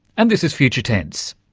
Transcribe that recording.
and this is future tense.